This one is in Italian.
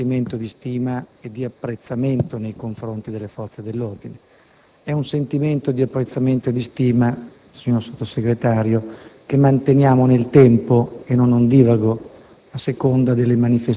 associamo al sentimento di stima e di apprezzamento nei confronti delle forze dell'ordine. È un sentimento di apprezzamento e di stima, signor Vice ministro, che manteniamo nel tempo, non ondivago,